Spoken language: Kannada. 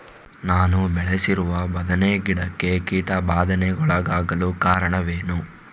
ನಾನು ಬೆಳೆಸಿರುವ ಬದನೆ ಗಿಡಕ್ಕೆ ಕೀಟಬಾಧೆಗೊಳಗಾಗಲು ಕಾರಣವೇನು?